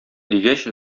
дигәч